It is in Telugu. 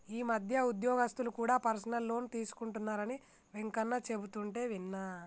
ఈ మధ్య ఉద్యోగస్తులు కూడా పర్సనల్ లోన్ తీసుకుంటున్నరని వెంకన్న చెబుతుంటే విన్నా